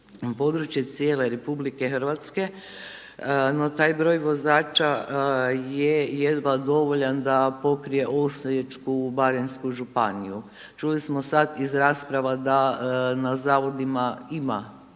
cijele RH. No taj broj vozača je jedva dovoljan da pokrije Osječko-baranjsku županiju. Čuli smo sad iz rasprava da na zavodima ima